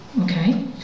okay